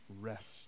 rest